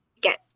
get